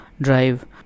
drive